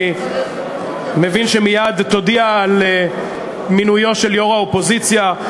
אני מבין שמייד תודיע על מינויו של יו"ר האופוזיציה,